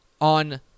on